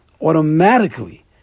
automatically